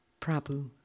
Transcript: Prabhu